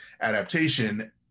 adaptation